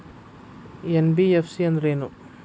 NBFC ಅಂದ್ರೇನು?